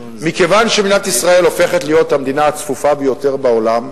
מכיוון שמדינת ישראל הופכת להיות המדינה הצפופה ביותר בעולם,